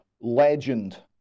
legend